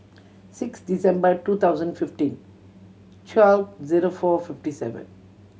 six December two thousand fifteen twelve zero four fifty seven